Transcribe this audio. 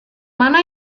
mana